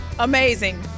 Amazing